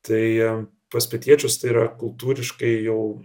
tai pas pietiečius tai yra kultūriškai jau